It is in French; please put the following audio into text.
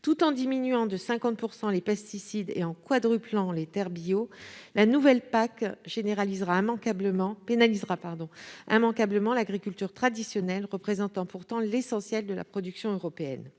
tout en diminuant de 50 % les pesticides et en quadruplant les terres bio, la nouvelle PAC pénalisera immanquablement l'agriculture traditionnelle, qui représente pourtant l'essentiel de la production européenne.